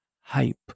hype